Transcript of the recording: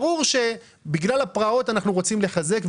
ברור שבגלל הפרעות אנחנו רוצים לחזק אותם,